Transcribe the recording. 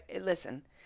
listen